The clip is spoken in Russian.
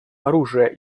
оружия